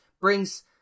brings